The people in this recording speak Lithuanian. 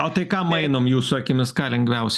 o tai ką mainom jūsų akimis ką lengviausia